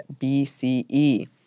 BCE